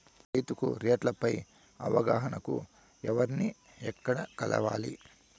రైతుకు రేట్లు పై అవగాహనకు ఎవర్ని ఎక్కడ కలవాలి?